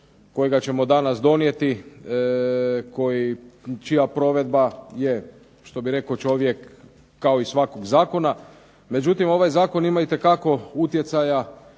kojega ćemo danas donijeti, čija provedba je što bi rekao čovjek kao i svakog zakona. Međutim, ovaj zakon ima itekako utjecaja